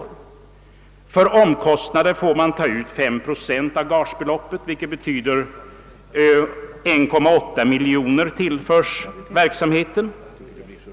För omkostnader får man ta ut 5 procent av gagebeloppet, vilket betyder att 1,8 miljon kronor tillförs verksamheten.